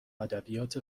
ادبیات